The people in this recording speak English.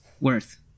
Worth